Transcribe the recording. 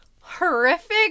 horrific